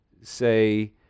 say